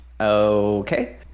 Okay